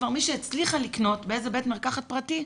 מי שכבר הצליחה לקנות באיזה בית מרקחת פרטי,